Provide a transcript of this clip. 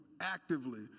actively